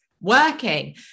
Working